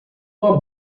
uma